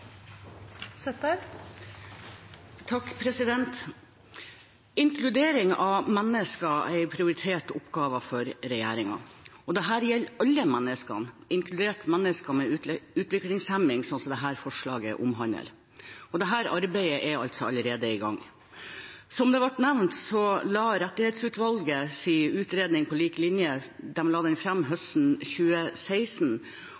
prioritert oppgave for regjeringen. Dette gjelder alle mennesker, inkludert mennesker med utviklingshemning, som dette forslaget omhandler. Dette arbeidet er allerede i gang. Som det ble nevnt, la rettighetsutvalget fram sin utredning, På lik linje,